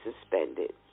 suspended